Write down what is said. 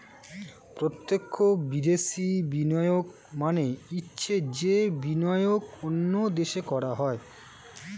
প্রত্যক্ষ বিদেশি বিনিয়োগ মানে হচ্ছে যে বিনিয়োগ অন্য দেশে করা হয়